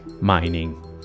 mining